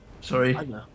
Sorry